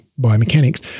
biomechanics